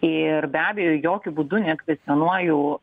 ir be abejo jokiu būdu nekvestionuoju